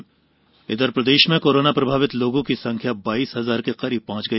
प्रदेश corona प्रदेश में corona प्रभावित लोगों की संख्या बाईस हजार के करीब पहुंच गई